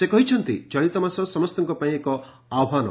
ସେ କହିଛନ୍ତି ଚଳିତ ମାସ ସମସ୍ତଙ୍କ ପାଇଁ ଏକ ଆହ୍ବାନ